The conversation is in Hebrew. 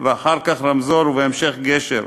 ואחר כך רמזור ובהמשך גשר,